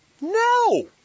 No